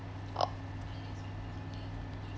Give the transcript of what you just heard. orh